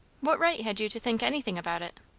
what right had you to think anything about it?